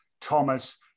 Thomas